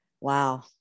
wow